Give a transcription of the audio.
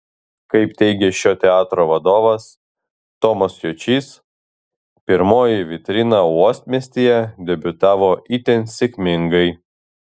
kaip teigė šio teatro vadovas tomas juočys pirmoji vitrina uostamiestyje debiutavo itin sėkmingai